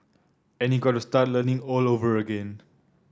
and you got to start learning all over again